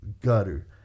gutter